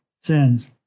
sins